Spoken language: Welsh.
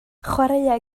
chwaraea